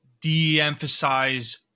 de-emphasize